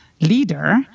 leader